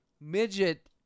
midget